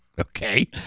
Okay